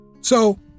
So